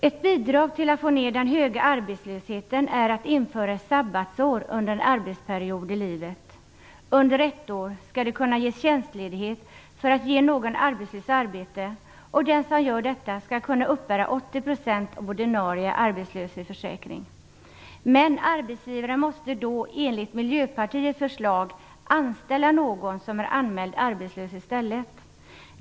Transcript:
Ett bidrag till att få ner den höga arbetslösheten är att införa ett sabbatsår under en arbetsperiod i livet. Under ett år skall det kunna ges tjänstledighet för att ge någon arbetslös arbete, och den som gör detta skall kunna uppbära 80 % av ordinarie arbetslöshetsförsäkring. Men arbetsgivaren måste då enligt Miljöpartiets förslag anställa någon som är anmäld arbetslös i stället.